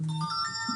בטכנולוגיות.